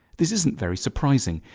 this isn't very surprising.